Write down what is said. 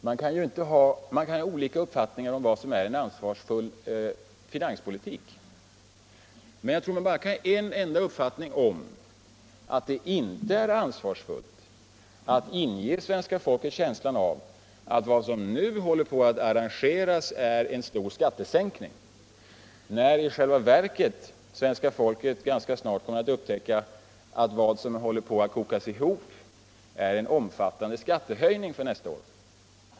Vi kan ha olika uppfattningar om vad som är en ansvarsfull finanspolitik, men jag tror att det bara kan finnas en enda uppfattning på den här punkten: Det är inte ansvarsfullt att inge svenska folket känslan av att vad som nu håller på att arrangeras är en stor skattesänkning, när svenska folket i själva verket snart kommer att upptäcka att vad som kokas ihop är en omfattande skattehöjning för nästa år.